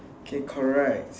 k correct